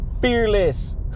fearless